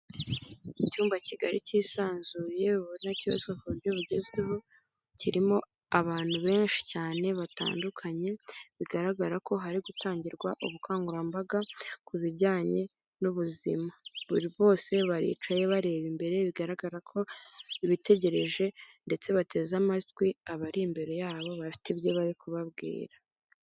Icyumba kigari cyisanzuye ubona cyubatswe ku buryo bugezweho, kirimo abantu benshi cyane batandukanye, bigaragara ko hari gutangirwa ubukangurambaga ku bijyanye n'ubuzima, buri bose baricaye bareba imbere, bigaragara ko bitegereje ndetse bateze amatwi abari imbere yabo, bafite ibyo bari kubabwira.